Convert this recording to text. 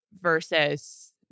versus